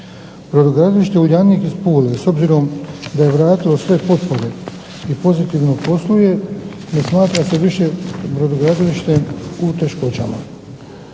Brodogradilište "Uljanik" iz Pule s obzirom da je vratilo sve potpore i pozitivno posluje ne smatra se više brodogradilištem s teškoćama.